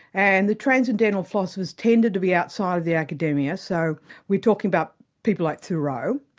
and the transcendental philosophers tended to be outside the academia, so we're talking about people like thoreau,